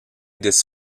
this